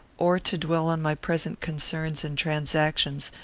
or to dwell on my present concerns and transactions,